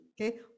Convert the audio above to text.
okay